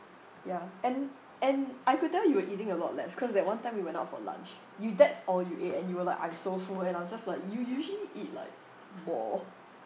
ya and and I could tell you were eating a lot less cause that one time we went out for lunch you that's all you ate and you were like I'm so full and I'm just like you usually eat like more